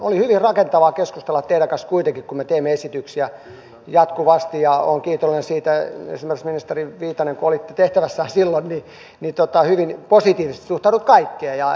oli hyvin rakentavaa keskustelua teidän kanssanne kuitenkin kun me teimme esityksiä jatkuvasti ja olen kiitollinen siitä esimerkiksi ministeri viitanen kun olitte tehtävässä silloin että hyvin positiivisesti suhtauduitte kaikkeen